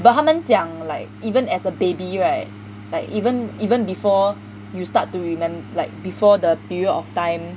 but 他们讲 like even as a baby right like even even before you start to remember like before the period of time